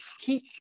keep